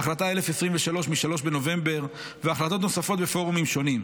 החלטה 1023 מ-3 בנובמבר והחלטות נוספות בפורומים שונים.